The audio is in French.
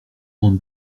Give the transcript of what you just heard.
grande